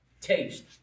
Taste